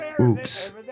Oops